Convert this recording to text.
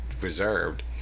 reserved